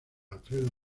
alfredo